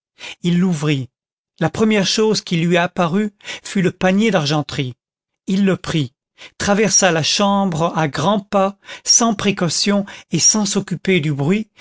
il l'ouvrit la première chose qui lui apparut fut le panier d'argenterie il le prit traversa la chambre à grands pas sans précaution et sans s'occuper du bruit